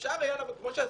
חקירה כדי לעיין בו?